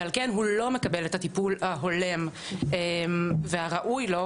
ועל כן הוא לא מקבל את הטיפול ההולם והראוי לו,